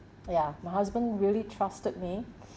ya my husband really trusted me